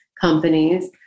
companies